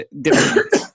different